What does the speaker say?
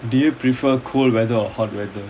do you prefer cold weather or hot weather